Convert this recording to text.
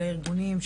של הארגונים,